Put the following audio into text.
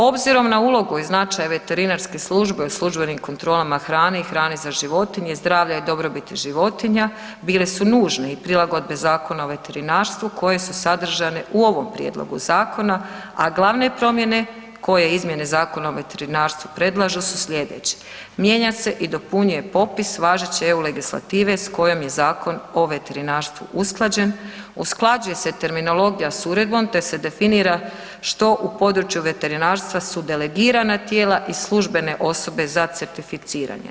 Obzirom na ulogu i značaj veterinarske službe od službenih kontrolama hrane i hrane za životinje, zdravlja i dobrobiti životinja bili su nužni i prilagodbe zakona o veterinarstvu koje su sadržane u ovom prijedlogu zakona a glavne promjene koje izmjene Zakon o veterinarstvu predlažu su slijedeće: mijenja se i dopunjuje popis EU legislative s kojom je Zakon o veterinarstvu usklađen, usklađuje se terminologija s uredbom te se definira što u području su delegirana tijela i službene osobe za certificiranje.